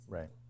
Right